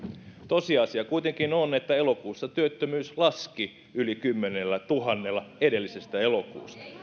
tosiasia kuitenkin on että elokuussa työttömyys laski yli kymmenellätuhannella edellisestä elokuusta